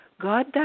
God